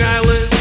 Island